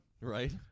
Right